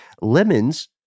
lemons